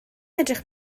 edrych